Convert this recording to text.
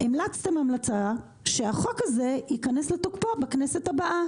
המלצתם המלצה שהחוק הזה ייכנס לתוקפו בכנסת הבאה,